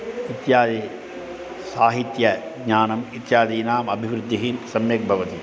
इत्यादि साहित्यज्ञानम् इत्यादीनाम् अभिवृद्धिः सम्यक् भवति